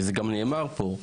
וזה גם נאמר פה,